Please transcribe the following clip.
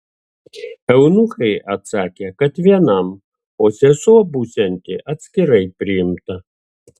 eunuchai atsakė kad vienam o sesuo būsianti atskirai priimta